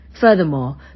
Furthermore